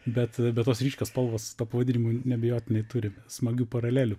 bet bet tos ryškios spalvos su tuo pavadinimu neabejotinai turi smagių paralelių